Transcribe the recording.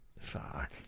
Fuck